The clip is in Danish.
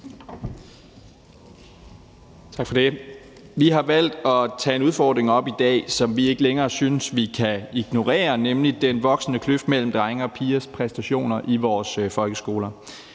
Vi har valgt at tage en udfordring op i dag, som vi ikke længere synes vi kan ignorere, nemlig den voksende kløft mellem drenges og pigers præstationer i vores folkeskoler.